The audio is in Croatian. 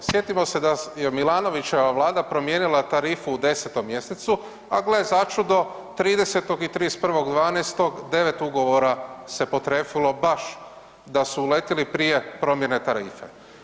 Sjetimo se da je Milanovićeva Vlada promijenila tarifu u 10. mj., a gle začudo, 30. i 31.12., 9 ugovora se potrefilo baš da su uletili prije promjene tarife.